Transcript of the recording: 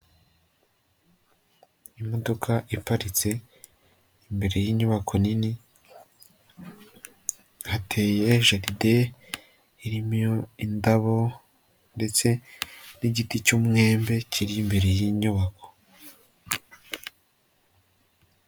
Imodoka iparitse imbere y'inyubako nini, hateye jaride irimo indabo ndetse n'igiti cy'umwembe kiri imbere y'inyubako.